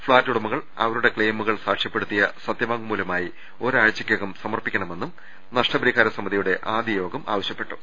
flat ഉടമകൾ അവ രുടെ ക്ലെയിമുകൾ സാക്ഷ്യപ്പെടുത്തിയ സത്യവാങ്മൂലമായി ഒരാ ഴ്ച്ചക്കകം സമർപ്പിക്കണമെന്നും നഷ്ടപരിഹാര സമിതിയുടെ ആദ്യ യോഗം ആവശ്യപ്പെട്ടു